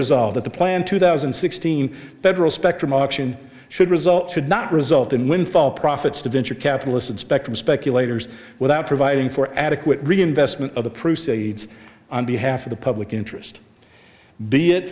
resolve that the planned two thousand and sixteen federal spectrum auction should result should not result in windfall profits to venture capitalists and spectrum speculators without providing for adequate reinvestment of the crusades on behalf of the public interest be it